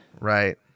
right